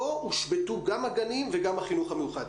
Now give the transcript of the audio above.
פה הושבתו גם הגנים וגם החינוך המיוחד.